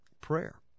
prayer